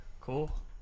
Cool